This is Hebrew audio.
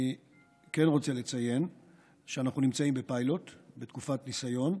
אבל אני רוצה לציין שאנחנו בתקופת ניסיון,